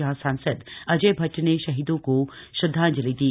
जहां सांसद अजय भट्ट ने शहीदों को श्रद्वांजलि दी